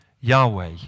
Yahweh